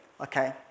Okay